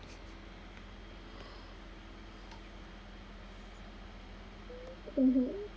mmhmm